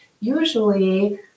usually